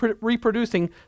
reproducing